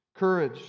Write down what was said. Courage